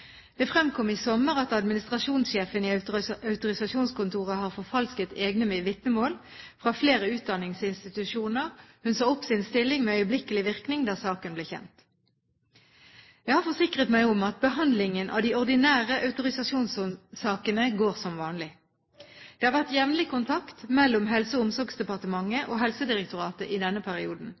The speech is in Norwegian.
Det fremkom i sommer at administrasjonssjefen i autorisasjonskontoret har forfalsket egne vitnemål fra flere utdanningsinstitusjoner. Hun sa opp sin stilling med øyeblikkelig virkning da saken ble kjent. Jeg har forsikret meg om at behandlingen av de ordinære autorisasjonssakene går som vanlig. Det har vært jevnlig kontakt mellom Helse- og omsorgsdepartementet og Helsedirektoratet i denne perioden.